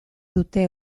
dute